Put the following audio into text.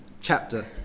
chapter